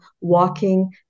walking